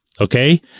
okay